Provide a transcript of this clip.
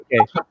okay